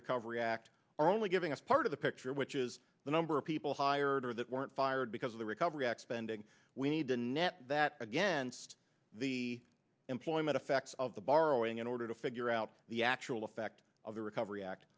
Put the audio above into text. recovery act are only giving us part of the picture which is the number of people hired or that weren't fired because of the recovery act spending we need to know that against the employment effects of the borrowing in order to figure out the actual effect of the recovery act